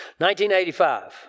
1985